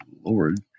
Lord